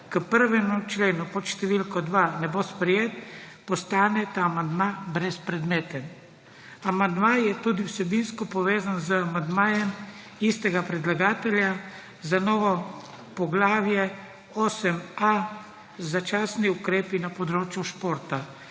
k 1. členu pod številko 2 ne bo sprejet, postane ta amandma brezpredmeten. Amandma je tudi vsebinsko povezan z amandmajem istega predlagatelja za novo poglavje 8.a - Začasni ukrepi na področju športa.